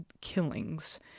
killings